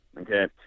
okay